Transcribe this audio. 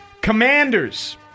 Commanders